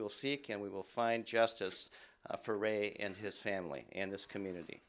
will seek and we will find justice for ray and his family and this community